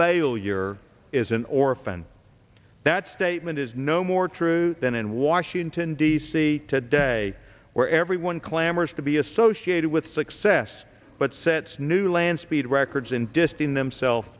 failure is an orphan that statement is no more true than in washington d c today where everyone clamors to be associated with success but sets new land speed records and distin them sel